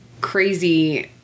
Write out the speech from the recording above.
crazy